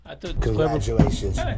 Congratulations